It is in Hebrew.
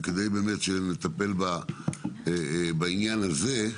אני רוצה להתמקד בעניין הזה,